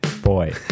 boy